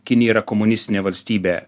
kinija yra komunistinė valstybė